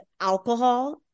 alcohol